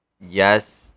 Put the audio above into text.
Yes